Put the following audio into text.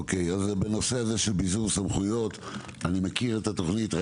אני מכיר את התכנית של ביזור סמכויות,